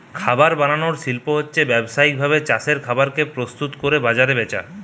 খাবার বানানার শিল্প হচ্ছে ব্যাবসায়িক ভাবে চাষের খাবার কে প্রস্তুত কোরে বাজারে বেচা